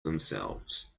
themselves